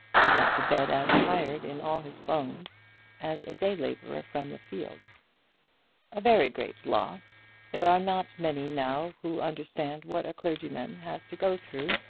he went to bed as tired in all his bones as a day labourer from the fields a very great loss. there are not many now who understand what a clergyman has to go through,